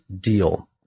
deal